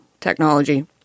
technology